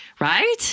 right